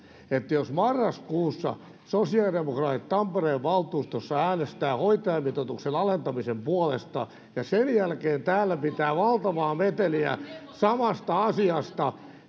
jos marraskuussa sosiaalidemokraatit tampereen valtuustossa äänestävät hoitajamitoituksen alentamisen puolesta ja sen jälkeen täällä pitävät valtavaa meteliä samasta asiasta